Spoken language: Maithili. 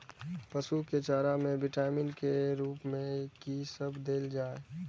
पशु के चारा में विटामिन के रूप में कि सब देल जा?